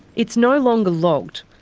it's no longer logged,